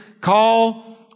call